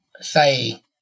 say